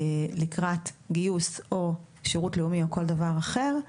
לקראת גיוס או שירות לאומי או כל דבר אחר,